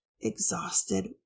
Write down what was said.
exhausted